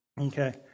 Okay